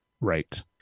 right